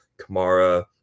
Kamara